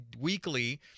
weekly